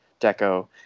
deco